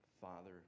Father